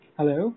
Hello